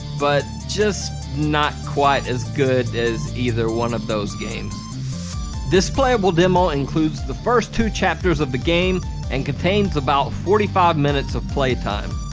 but just not quite as good as either one of those. this playable demo includes the first two chapters of the game and contains about forty five minutes of play time.